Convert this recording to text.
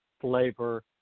flavor